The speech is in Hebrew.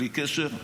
בלי קשר,